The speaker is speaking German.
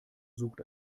sucht